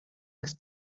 als